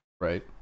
Right